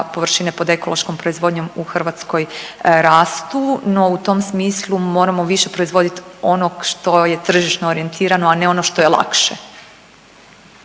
površine pod ekološkom proizvodnjom u Hrvatskoj rastu, no u tom smislu moramo više proizvoditi onog što je tržišno orijentirano, a ne ono što je lakše.